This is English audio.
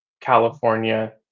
California